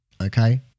Okay